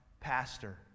Pastor